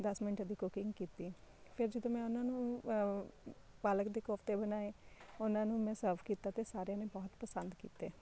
ਦਸ ਮਿੰਟ ਦੀ ਕੁਕਿੰਗ ਕੀਤੀ ਫਿਰ ਜਦੋਂ ਮੈਂ ਉਹਨਾਂ ਨੂੰ ਪਾਲਕ ਦੇ ਕੋਫਤੇ ਬਣਾਏ ਉਹਨਾਂ ਨੂੰ ਮੈਂ ਸਰਵ ਕੀਤਾ ਅਤੇ ਸਾਰਿਆਂ ਨੇ ਬਹੁਤ ਪਸੰਦ ਕੀਤੇ